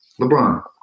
LeBron